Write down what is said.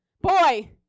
boy